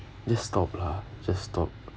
just stop lah just stop